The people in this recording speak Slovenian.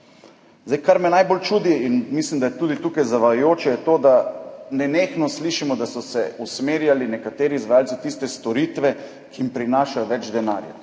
da je tudi tukaj zavajajoče, je to, da nenehno slišimo, da so se usmerjali nekateri izvajalci v tiste storitve, ki jim prinašajo več denarja.